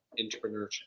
entrepreneurship